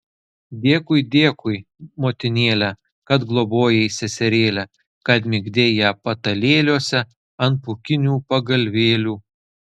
dėkui dėkui motinėle kad globojai seserėlę kad migdei ją patalėliuose ant pūkinių pagalvėlių